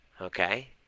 okay